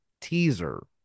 Teaser